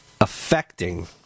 affecting